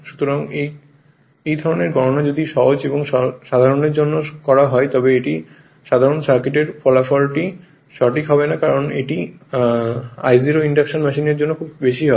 সুতরাং এই ধরণের গণনা যদি সহজ এবং সাধারণের জন্য করা হয় তবে এই সাধারণ সার্কিটের ফলাফলটি সঠিক হবে না কারণ এই I0 ইন্ডাকশন মেশিনের জন্য খুব বেশি হবে